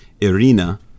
Irina